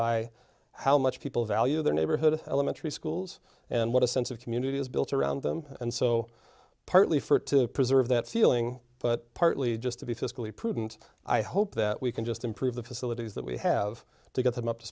by how much people value their neighborhood elementary schools and what a sense of community is built around them and so partly for it to preserve that feeling but partly just to be fiscally prudent i hope that we can just improve the facilities that we have to get them up to